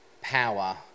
power